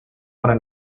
para